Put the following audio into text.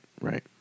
right